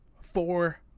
Four